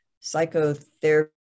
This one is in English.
psychotherapy